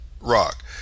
Rock